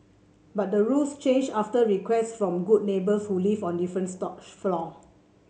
but the rules changed after requests from good neighbours who lived on different floors